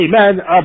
amen